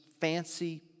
fancy